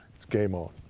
it's game on.